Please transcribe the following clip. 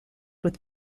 with